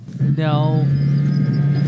No